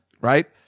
right